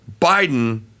Biden